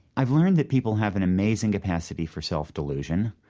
i've learned that people have an amazing capacity for self-delusion,